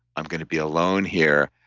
i'm going to be alone here,